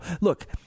Look